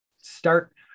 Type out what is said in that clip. Start